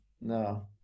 no